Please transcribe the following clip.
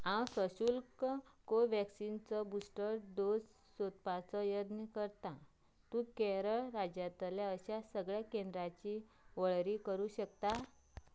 हांव सशुल्क कोव्हॅक्सिन चो बूस्टर डोस सोदपाचो यत्न करतां तूं केरळ राज्यांतल्या अशा सगळ्या केंद्रांची वळेरी करूंक शकता